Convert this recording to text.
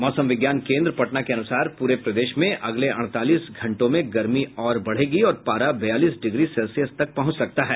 मौसम विज्ञान केंद्र पटना के अनुसार पूरे प्रदेश में अगले अड़तालीस घंटे में गर्मी बढ़ेगी और पारा बयालीस डिग्री सेल्सियस तक पहुंच सकता है